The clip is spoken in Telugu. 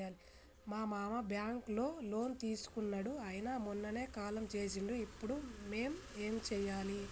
మా మామ బ్యాంక్ లో లోన్ తీసుకున్నడు అయిన మొన్ననే కాలం చేసిండు ఇప్పుడు మేం ఏం చేయాలి?